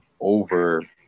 over